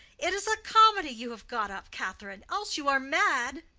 it is a comedy you have got up, catherine. else you are mad.